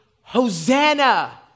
Hosanna